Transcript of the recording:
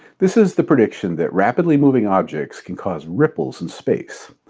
this is the prediction that rapidly moving objects can cause ripples and space.